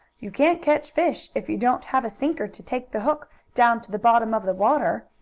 you can't catch fish if you don't have a sinker to take the hook down to the bottom of the water.